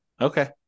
Okay